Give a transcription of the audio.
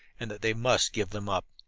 and that they must give them up,